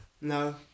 no